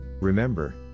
Remember